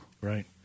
Right